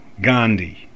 Gandhi